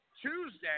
Tuesday